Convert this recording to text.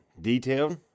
detailed